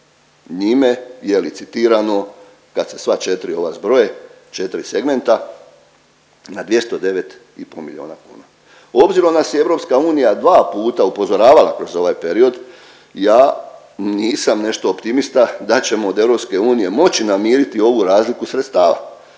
njime je licitirano kad se sva 4 ova zbroje, 4 segmenta, na 209 i po milijuna kuna. Obzirom nas je EU dva puta upozoravala kroz ovaj period ja nisam nešto optimista da ćemo od EU moći namiriti ovu razliku sredstava